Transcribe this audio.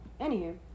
Anywho